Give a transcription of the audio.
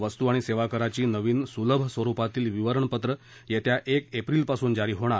वस्तू आणि सेवाकराची नवीन सुलभ स्वरुपातील विवरणपत्रं येत्या एक एप्रिलपासून जारी होणार